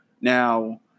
now